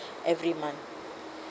every month